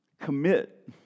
commit